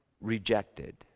rejected